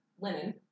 linen